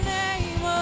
name